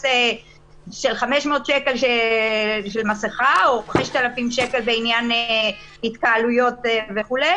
של 500 שקלים על מסכה או 5,000 שקלים בעניין התקהלויות וכו',